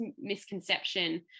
misconception